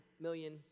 million